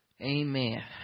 amen